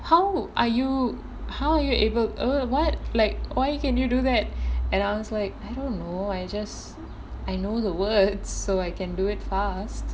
how are you how are you able err what like why you can you do that and I was like I don't know I just I know the words so I can do it fast